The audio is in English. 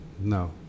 no